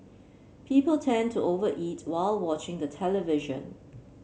people tend to over eat while watching the television